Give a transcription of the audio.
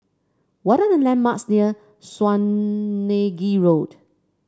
what are the landmarks near Swanage Road